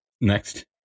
Next